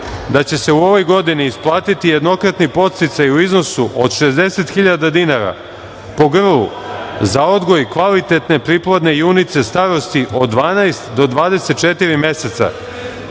Da će se u ovoj godini isplatiti jednokratni podsticaj u iznosu od 60.000 dinara po grlu za odgoj kvalitetne priplodne junice starosti od 12 do 24 meseca,